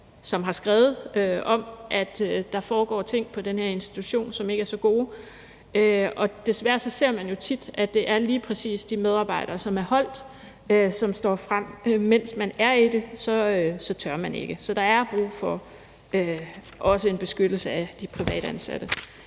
som har skrevet om, at der foregår ting på den her institution, som ikke er så gode. Og desværre ser man jo tit, at det lige præcis er de medarbejdere, som er holdt op, som står frem, mens dem, som er i det, ikke tør. Så der er også brug for en beskyttelse af de privatansatte.